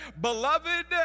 beloved